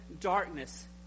darkness